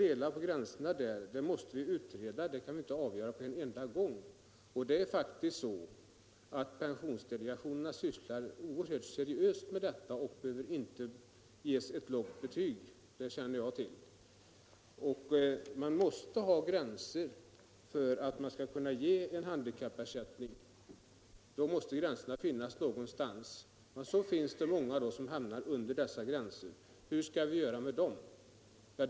Men den frågan måste utredas, den kan inte avgöras på en gång. Pensionsdelegationerna sysslar oerhört seriöst med detta och behöver inte ges något lågt betyg, det känner jag till. Det måste fastställas en gräns när handikappersättning skall utgå. Många hamnar då under den gränsen. Hur skall vi hjälpa dem?